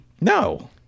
No